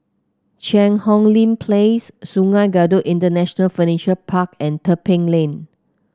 Cheang Hong Lim Place Sungei Kadut International Furniture Park and Tebing Lane